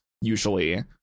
usually